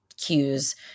cues